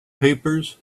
papers